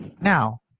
Now